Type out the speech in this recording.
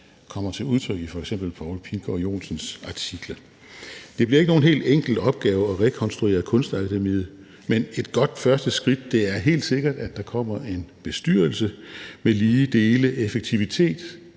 kommer til udtryk i f.eks. Poul Pilgaard Johnsens artikler. Det bliver ikke nogen helt enkelt opgave at rekonstruere Kunstakademiet, men et godt første skridt er helt sikkert, at der kommer en bestyrelse med lige dele effektivitet